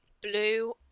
blue